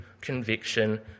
conviction